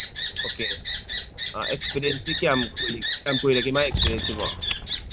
okay ꯑꯥ ꯑꯦꯛꯁꯄꯤꯔꯤꯌꯦꯟꯁꯇꯤ ꯀꯌꯥꯃꯨꯛ ꯀꯌꯥꯝ ꯀꯨꯏꯔꯒꯦ ꯃꯥꯏ ꯑꯦꯛꯁꯄꯤꯔꯤꯌꯦꯟꯁꯁꯤꯕꯣ